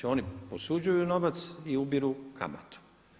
Oni posuđuju novac i ubiru kamatu.